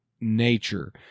nature